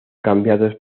cambiados